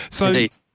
Indeed